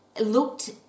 looked